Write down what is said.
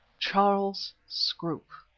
charles scroope.